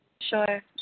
Sure